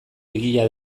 egia